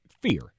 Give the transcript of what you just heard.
fear